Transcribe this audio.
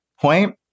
point